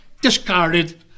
discarded